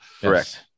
Correct